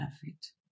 perfect